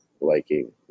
liking